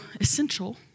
essential